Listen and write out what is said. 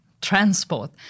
transport